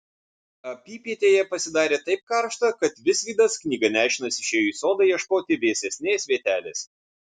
apypietėje pasidarė taip karšta kad visvydas knyga nešinas išėjo į sodą ieškoti vėsesnės vietelės